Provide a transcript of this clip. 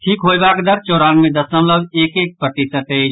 ठीक होयबाक दर चौरानवे दशमलव एक एक प्रतिशत अछि